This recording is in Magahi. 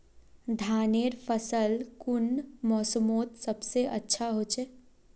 धानेर फसल कुन मोसमोत सबसे अच्छा होचे?